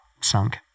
sunk